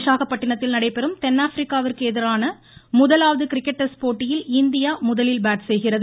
விசாகப்பட்டினத்தில் நடைபெறும் தென்னாப்பிரிக்காவிற்கு எதிரான முதலாவது கிரிக்கெட் டெஸ்ட் போட்டியில் இந்தியா முதலில் பேட் செய்கிறது